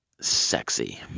sexy